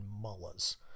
mullahs